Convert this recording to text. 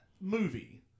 movie